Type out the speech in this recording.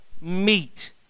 meet